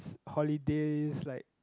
holidays like